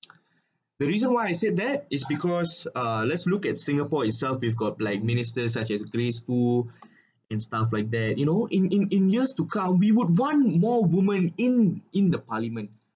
the reason why I said that is because uh let's look at singapore itself we've got like ministers such as grace fu in stuff like that you know in in in years to come we would want more women in in the parliament